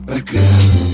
again